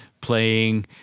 playing